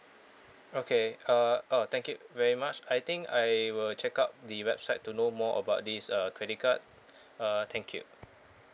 okay uh oh thank you very much I think I will check up the website to know more about this uh credit card uh thank you